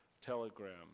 telegram